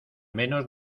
menos